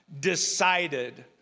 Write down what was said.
decided